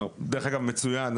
דרך אגב מצוין,